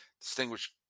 Distinguished